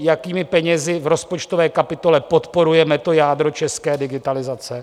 Jakými penězi v rozpočtové kapitole podporujeme to jádro české digitalizace?